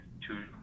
two